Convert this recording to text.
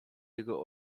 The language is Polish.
jego